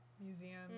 museum